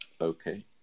Okay